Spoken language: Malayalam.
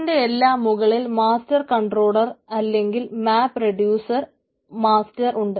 ഇതിന്റെ എല്ലാം മുകളിൽ മാസ്റ്റർ കൺട്രോളർ അല്ലെങ്കിൽ മപ്പ് റെഡിയൂർ മാസ്റ്റർ ഉണ്ട്